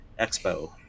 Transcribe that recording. Expo